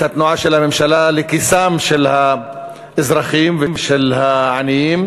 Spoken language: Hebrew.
התנועה של הממשלה לכיסם של התושבים ושל העניים.